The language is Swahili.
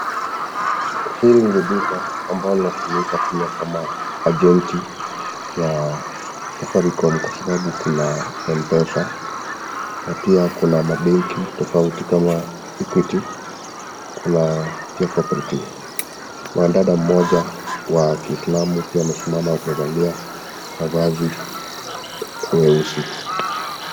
Hili ni duka ambalo linatumika pia kama ajenti ya Safaricom kwa sababu kuna M-Pesa na pia kuna mabenki tofauti kama Equity, kuna pia Cooperative. Mwanadada mmoja wa Kiislamu pia amesimama amevaa mavazi weusi.